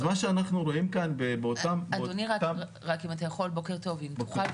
אז מה שאנחנו רואים באותם --- אדוני אם תוכל בבקשה